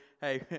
Hey